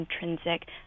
intrinsic